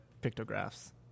pictographs